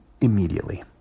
immediately